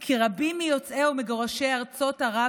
כי רבים מיוצאי ומגורשי ארצות ערב